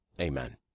amen